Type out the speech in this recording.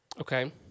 Okay